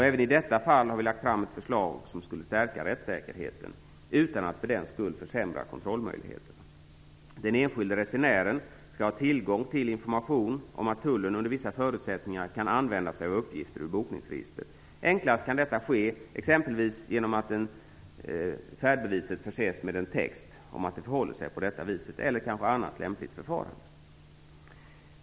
Även i detta fall har Moderaterna lagt fram ett förslag som skulle stärka rättssäkerheten, utan att för den skull försämra kontrollmöjligheten. Den enskilde resenären skall ha tillgång till information om att tullen under vissa förutsättningar kan använda sig av uppgifter ur bokningsregister. Enklast kan detta ske exempelvis genom att färdbeviset förses med en text om att det förhåller sig på detta vis, eller genom annat lämpligt förfarande.